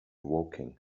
woking